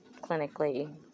clinically